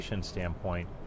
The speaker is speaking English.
standpoint